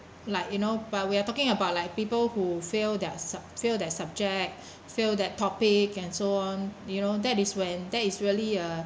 like you know but we're talking about like people who failed their sub~ failed their subject failed that topic and so on you know that is when that is really a